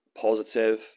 positive